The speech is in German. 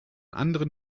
anderen